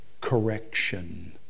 correction